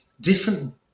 different